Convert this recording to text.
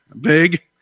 big